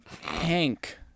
Hank